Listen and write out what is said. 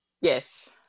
Yes